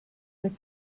der